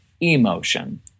emotion